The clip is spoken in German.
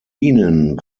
ihnen